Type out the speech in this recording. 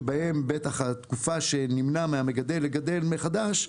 שבהן בתקופה שנמנע מהמגדל לגדל מחדש,